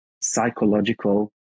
psychological